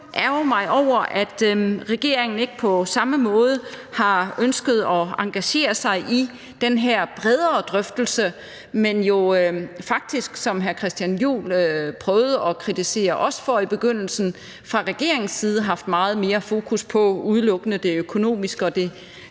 ærgre mig over, at regeringen ikke på samme måde har ønsket at engagere sig i den her bredere drøftelse, men at man jo faktisk, hvad hr. Christian Juhl prøvede at kritisere os for i begyndelsen, fra regeringens side har haft meget mere fokus på udelukkende det økonomiske og det pekuniære,